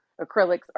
acrylics